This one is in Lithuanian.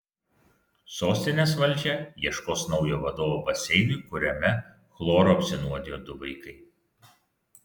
sostinės valdžia ieškos naujo vadovo baseinui kuriame chloru apsinuodijo du vaikai